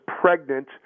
pregnant